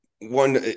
one